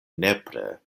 nepre